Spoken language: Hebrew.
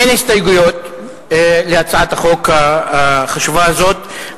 אין הסתייגויות להצעת החוק החשובה הזאת,